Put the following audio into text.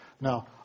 Now